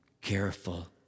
careful